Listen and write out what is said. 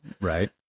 Right